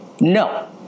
No